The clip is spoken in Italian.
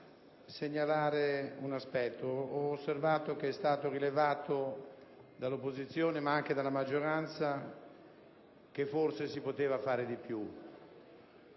vorrei segnalare un aspetto. Ho osservato che è stato rilevato, dall'opposizione ma anche dalla maggioranza, che forse si poteva fare di più.